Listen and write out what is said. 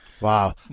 Wow